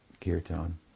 kirtan